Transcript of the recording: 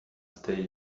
stay